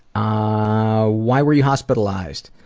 ah, why were you hospitalized?